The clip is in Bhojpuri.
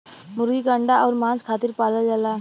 मुरगी के अंडा अउर मांस खातिर पालल जाला